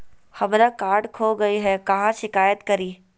हमरा कार्ड खो गई है, कहाँ शिकायत करी?